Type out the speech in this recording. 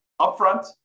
upfront